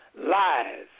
lies